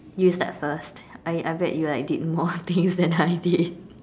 you start first I I bet you like did more things than I did